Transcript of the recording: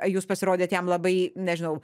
jūs pasirodėt jam labai nežinau